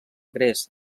gres